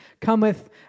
cometh